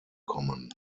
kommen